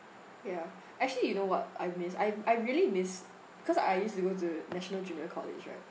ya actually you know what I miss I I really miss because I used to go to national junior college right